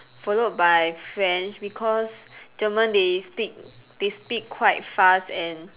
followed by French because German they speak they speak quite fast and